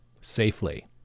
safely